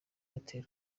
airtel